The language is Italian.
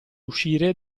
uscire